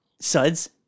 Suds